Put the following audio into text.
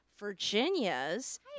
Virginia's